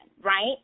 right